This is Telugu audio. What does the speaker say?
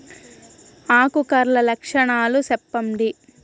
ఆకు కర్ల లక్షణాలు సెప్పండి